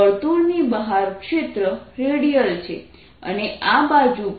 વર્તુળની બહાર ક્ષેત્ર રેડિયલ છે અને આ બાજુ પણ